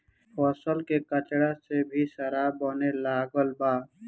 फसल के कचरा से भी शराब बने लागल बा